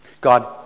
God